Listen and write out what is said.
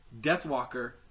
Deathwalker